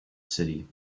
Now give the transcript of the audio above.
city